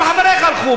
כל חבריך הלכו.